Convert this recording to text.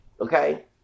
Okay